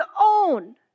own